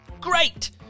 great